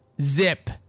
zip